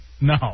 No